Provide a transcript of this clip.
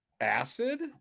acid